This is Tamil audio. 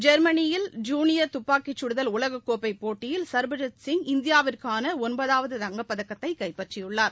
ஜெர்மனியில் ஜூனியர் துப்பாக்கிச் சுடுதல் உலககோப்பைபோட்டியில் சரப்ஜித் சிங் இந்தியாவிற்கானஒன்பதாவது தங்கப்பதக்கத்தைகைப்பற்றியுள்ளார்